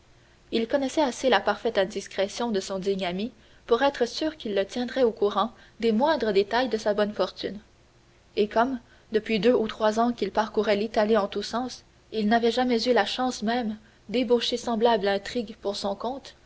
il connaissait assez la parfaite indiscrétion de son digne ami pour être sûr qu'il le tiendrait au courant des moindres détails de sa bonne fortune et comme depuis deux ou trois ans qu'il parcourait l'italie en tous sens il n'avait jamais eu la chance même d'ébaucher semblable intrigue pour son compte